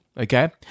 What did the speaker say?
okay